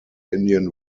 indian